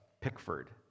Pickford